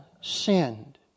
sinned